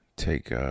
take